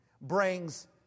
brings